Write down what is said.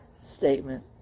statement